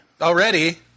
Already